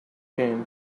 gain